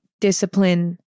discipline